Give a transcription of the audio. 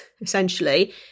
essentially